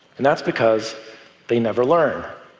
and that's because they never learn.